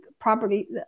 property